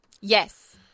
Yes